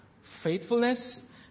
faithfulness